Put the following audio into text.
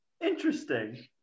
Interesting